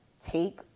take